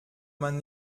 man